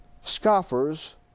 Scoffers